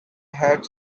had